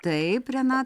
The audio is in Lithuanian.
taip renata